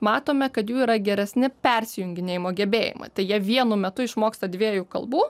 matome kad jų yra geresni persijunginėjimo gebėjimai tai jie vienu metu išmoksta dviejų kalbų